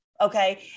okay